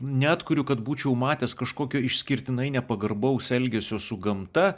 neatkuriu kad būčiau matęs kažkokio išskirtinai nepagarbaus elgesio su gamta